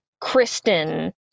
Kristen